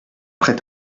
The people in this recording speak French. près